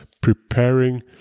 preparing